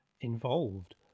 involved